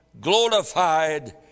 glorified